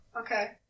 Okay